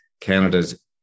Canada's